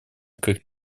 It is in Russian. как